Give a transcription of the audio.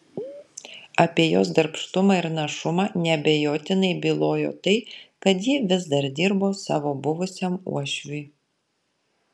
apie jos darbštumą ir našumą neabejotinai bylojo tai kad ji vis dar dirbo savo buvusiam uošviui